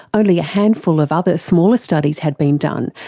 only a handful of other smaller studies had been done,